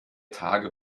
tage